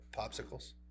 popsicles